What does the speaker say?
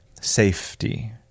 safety